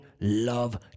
love